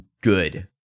good